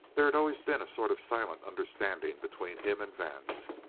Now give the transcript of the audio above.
there had always been a sort of silent understanding between him and vance.